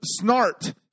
snart